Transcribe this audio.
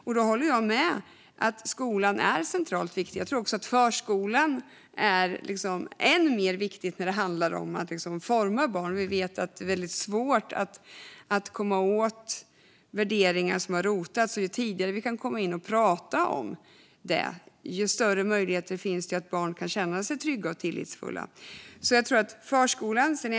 Jag håller med om att skolan är centralt viktig, och förskolan är ännu viktigare när det gäller att forma barn. Det är väldigt svårt att komma åt värderingar som har rotats. Ju tidigare vi kan komma in och prata om detta, desto större blir möjligheterna för barn att känna trygghet och tillit. Förskolan är alltså viktig.